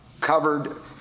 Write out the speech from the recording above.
covered